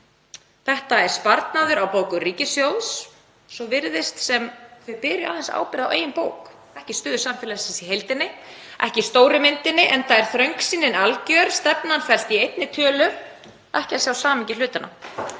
Þetta er sparnaður á bókum ríkissjóðs. Svo virðist sem þau beri aðeins ábyrgð á eigin bók, ekki stöðu samfélagsins í heild sinni, ekki stóru myndinni, enda er þröngsýnin alger. Stefnan felst í einni tölu, ekki að sjá samhengi hlutanna,